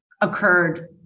occurred